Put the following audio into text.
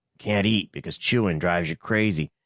can't eat because chewing drives you crazy.